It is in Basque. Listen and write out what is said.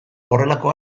horrelako